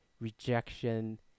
Rejection